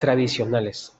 tradicionales